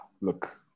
look